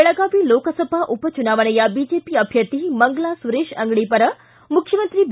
ಬೆಳಗಾವಿ ಲೋಕಸಭೆ ಉಪಚುನಾವಣೆಯ ಬಿಜೆಪಿ ಅಭ್ಯರ್ಥಿ ಮಂಗಲಾ ಸುರೇಶ್ ಅಂಗಡಿ ಪರ ಮುಖ್ಯಮಂತ್ರಿ ಬಿ